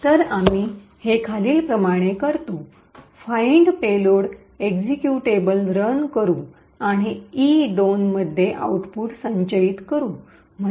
तर आम्ही हे खालीलप्रमाणे करतो फाईनड पेलोड एक्जीक्यूटेबल रन करू आणि ई२ मध्ये आउटपुट संचयित स्टोआर store करू